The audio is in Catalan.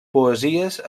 poesies